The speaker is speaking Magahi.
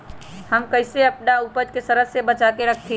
हम कईसे अपना उपज के सरद से बचा के रखी?